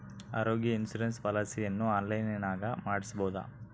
ಆರೋಗ್ಯ ಇನ್ಸುರೆನ್ಸ್ ಪಾಲಿಸಿಯನ್ನು ಆನ್ಲೈನಿನಾಗ ಮಾಡಿಸ್ಬೋದ?